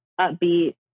upbeat